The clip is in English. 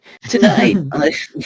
tonight